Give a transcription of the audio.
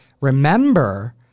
remember